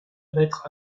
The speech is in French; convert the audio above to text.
mettre